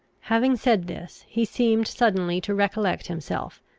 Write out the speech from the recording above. having said this, he seemed suddenly to recollect himself,